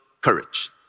courage